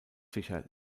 fischer